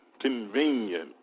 convenient